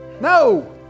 No